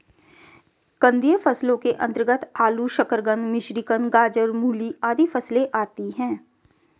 कंदीय फसलों के अंतर्गत आलू, शकरकंद, मिश्रीकंद, गाजर, मूली आदि फसलें आती हैं